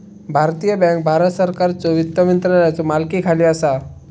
भारतीय बँक भारत सरकारच्यो वित्त मंत्रालयाच्यो मालकीखाली असा